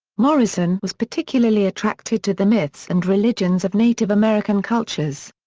morrison was particularly attracted to the myths and religions of native american cultures.